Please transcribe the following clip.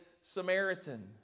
Samaritan